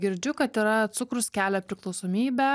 girdžiu kad yra cukrus kelia priklausomybę